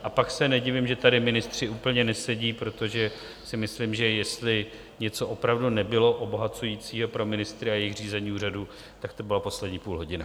A pak se nedivím, že tady ministři úplně nesedí, protože si myslím, že jestli něco opravdu nebylo obohacujícího pro ministry a jejich řízení úřadu, tak to byla poslední půlhodina.